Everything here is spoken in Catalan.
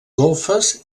golfes